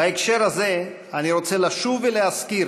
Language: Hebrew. בהקשר הזה אני רוצה לשוב ולהזכיר